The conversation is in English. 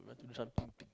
we want to do something